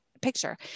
picture